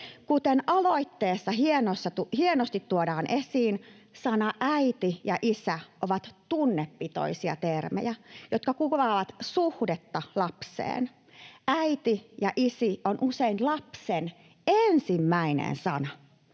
Kuten aloitteessa hienosti tuodaan esiin, sanat ”äiti” ja ”isä” ovat tunnepitoisia termejä, jotka kuvaavat suhdetta lapseen. ”Äiti” ja ”isi” on usein lapsen ensimmäinen sana,